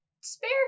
spare